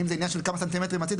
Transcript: אם זה עניין של כמה סנטימטרים הצידה